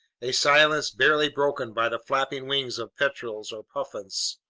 a silence barely broken by the flapping wings of petrels or puffins.